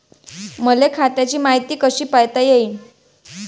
मले खात्याची मायती कशी पायता येईन?